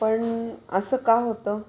पण असं का होतं